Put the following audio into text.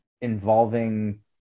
involving